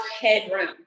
headroom